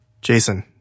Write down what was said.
Jason